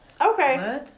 Okay